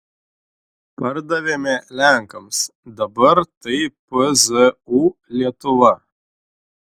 pardavėme lenkams dabar tai pzu lietuva